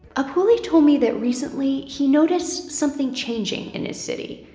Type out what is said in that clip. apuuli told me that recently he noticed something changing in his city.